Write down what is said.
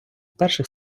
перших